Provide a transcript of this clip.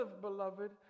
beloved